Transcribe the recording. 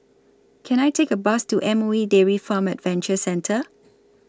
Can I Take A Bus to M O E Dairy Farm Adventure Centre